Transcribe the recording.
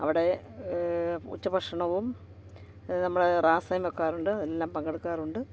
അവിടെ ഉച്ചഭക്ഷണവും നമ്മുടെ റാസേം വെക്കാറുണ്ട് എല്ലാം പങ്കെടുക്കാറുണ്ട്